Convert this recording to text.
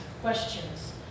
questions